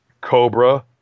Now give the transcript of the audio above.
Cobra